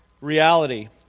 reality